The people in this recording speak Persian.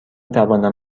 توانم